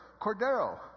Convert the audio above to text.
Cordero